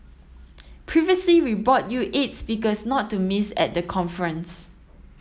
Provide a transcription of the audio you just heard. previously we bought you eight speakers not to miss at the conference